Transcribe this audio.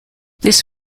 this